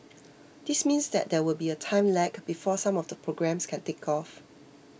this means that there will be a time lag before some of the programmes can take off